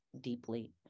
deeply